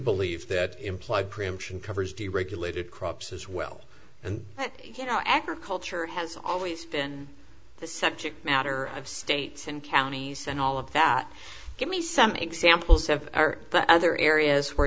believe that implied preemption covers deregulated crops as well and you know agriculture has always been the subject matter of states and counties and all of that give me some examples of our but other areas where